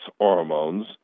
hormones